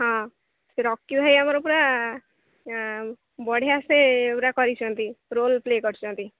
ହଁ ରକି ଭାଇ ଆମର ପୁରା ବଢ଼ିଆ ସେ ପୁରା କରିଛନ୍ତି ରୋଲ୍ ପ୍ଲେ କରିଛନ୍ତି